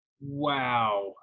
wow